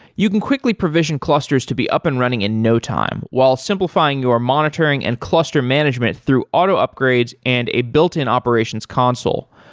you can quickly provision clusters to be up and running in no time while simplifying your monitoring and cluster management through auto upgrades and a built-in operations console.